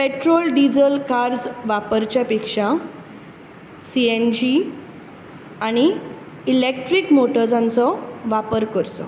petrol diesel car वापरचे पेक्षा C N G आनी इलेक्ट्रिक मोटर्सांचो वापर करचो